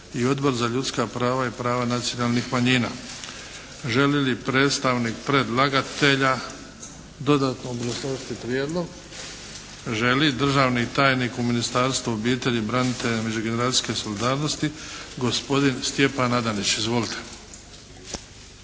i Odbor za ljudska prava i prava nacionalnih manjina. Želi li predstavnik predlagatelja dodatno obrazložiti prijedlog? Želi. Državni tajnik u Ministarstvu obitelji, branitelja i međugeneracijske solidarnosti gospodin Stjepan Adanić. Izvolite!